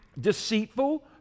deceitful